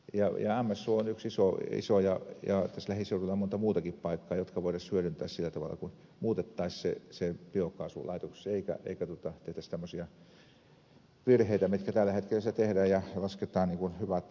ämmässuo on yksi iso ja tässä lähiseudulla on monta muutakin paikkaa jotka voitaisiin hyödyntää sillä tavalla kun muutettaisiin se biokaasulaitokseksi eikä tehtäisi tämmöisiä virheitä mitä tällä hetkellä siellä tehdään ja lasketaan hyvät energiat karkuun